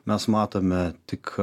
mes matome tik